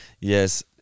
yes